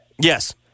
Yes